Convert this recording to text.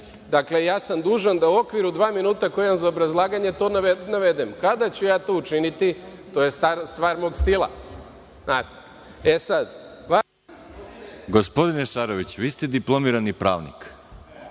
Dakle, ja sam dužan da u okviru dva minuta koja su potrebna za obrazlaganje to navedem. Kada ću ja to učiniti, to je stvar mog stila, znate.